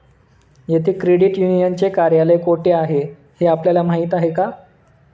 येथे क्रेडिट युनियनचे कार्यालय कोठे आहे हे आपल्याला माहित आहे का?